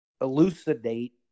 elucidate